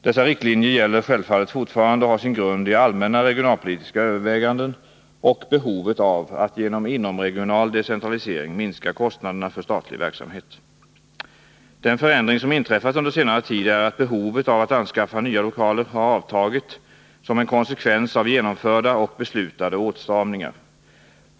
Dessa riktlinjer gäller självfallet fortfarande och har sin grund i allmänna regionalpolitiska överväganden och behovet av att genom inomregional decentralisering minska kostnaderna för statlig verksamhet. Den förändring som inträffat under senare tid är att behovet av att anskaffa nya lokaler har avtagit som en konsekvens av genomförda och beslutade åtstramningar.